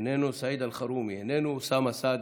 איננו, סעיד אלחרומי, איננו, אוסאמה סעדי,